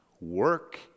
work